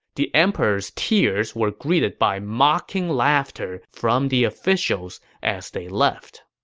the emperor's tears were greeted by mocking laughter from the officials as they left